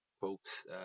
folks